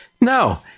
no